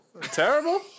Terrible